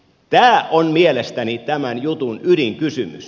tämä on mielestäni tämän jutun ydinkysymys